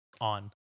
On